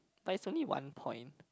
but it's only one point